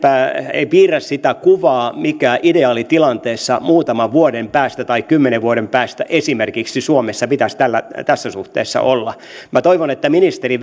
piirrä sitä kuvaa mikä ideaalitilanteessa esimerkiksi muutaman vuoden päästä tai kymmenen vuoden päästä suomessa pitäisi tässä suhteessa olla minä toivon että ministeri